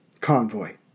convoy